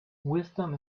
wisdom